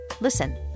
listen